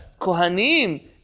Kohanim